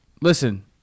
Listen